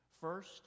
first